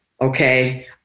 Okay